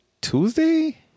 Tuesday